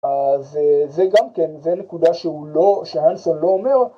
‫אז זה גם כן, זה נקודה ‫שהנסון לא אומר.